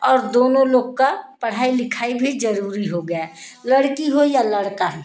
और दोनों लोग की पढ़ाई लिखाई भी ज़रूरी हो गई है लड़की हो या लड़का हो